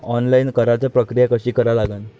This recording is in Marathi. ऑनलाईन कराच प्रक्रिया कशी करा लागन?